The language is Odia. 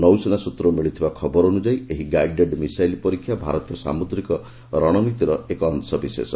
ନୌସେନା ସୂତ୍ରରୁ ମିଳିଥିବା ଖବର ଅନୁଯାୟୀ ଏହି ଗାଇଡେଡ୍ ମିଶାଇଲ୍ ପରୀକ୍ଷା ଭାରତୀୟ ସାମୁଦ୍ରିକ ରଣନୀତିର ଏକ ଅଂଶବିଶେଷ